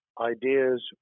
ideas